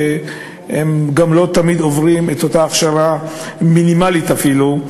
והם גם לא תמיד עוברים את אותה הכשרה מינימלית אפילו,